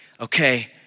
okay